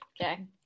Okay